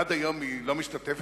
עד היום היא לא משתתפת,